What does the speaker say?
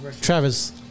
Travis